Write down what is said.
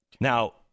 Now